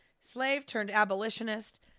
slave-turned-abolitionist